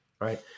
right